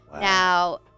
Now